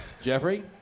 Jeffrey